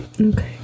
Okay